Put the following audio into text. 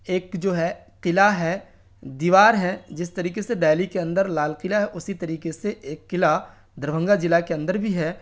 ایک جو ہے قلعہ ہے دیوار ہے جس طریقے سے دہلی کے اندر لال قلعہ ہے اسی طریقے سے ایک قلعہ دربھنگہ ضلع کے اندر بھی ہے